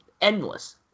endless